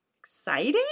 exciting